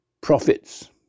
profits